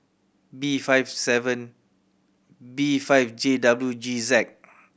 B five seven B five J W G Z